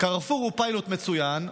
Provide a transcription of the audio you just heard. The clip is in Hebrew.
קרפור הוא פיילוט מצוין.